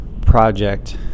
project